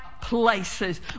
places